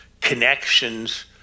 connections